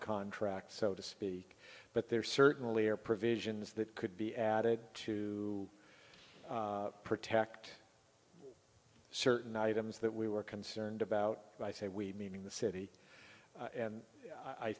contract so to speak but there certainly are provisions that could be added to protect certain items that we were concerned about i say we meaning the city and i